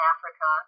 Africa